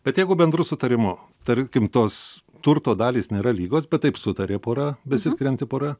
bet jeigu bendru sutarimu tarkim tos turto dalys nėra lygos bet taip sutarė pora besiskirianti pora